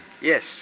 Yes